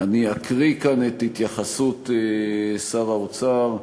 אני אקריא כאן את התייחסות שר האוצר,